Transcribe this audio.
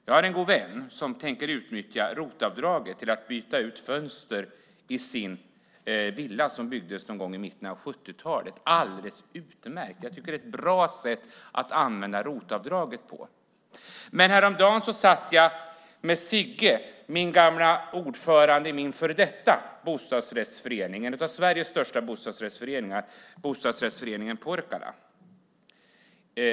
Jag har en god vän som tänker utnyttja ROT-avdraget till att byta ut fönster i sin villa som byggdes någon gång i mitten av 70-talet. Det är alldeles utmärkt. Det är ett bra sätt att använda ROT-avdraget på. Häromdagen satt jag med Sigge, min gamla ordförande i min före detta bostadsrättsförening. Det är en av Sveriges största bostadsrättsföreningar, bostadsrättsföreningen Porkala.